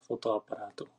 fotoaparátu